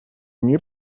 мир